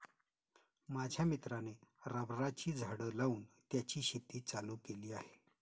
माझ्या मित्राने रबराची झाडं लावून त्याची शेती चालू केली आहे